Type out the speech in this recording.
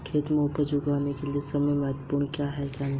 खेतों में उपज उगाने के लिये समय महत्वपूर्ण होता है या नहीं?